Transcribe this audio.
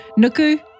Nuku